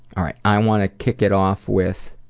all right. i want to kick it off with